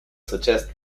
suggest